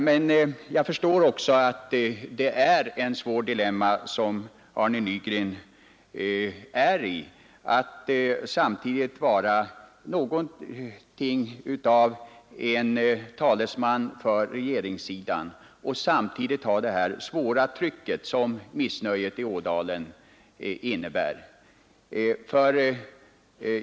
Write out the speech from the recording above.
Men jag förstår också att det är ett svårt dilemma som Arne Nygren befinner sig i — att vara en talesman för regeringssidan och samtidigt ha detta svåra tryck på sig som missnöjet i Ådalen innebär.